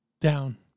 Down